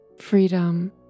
Freedom